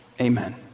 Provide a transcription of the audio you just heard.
Amen